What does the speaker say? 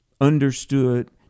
understood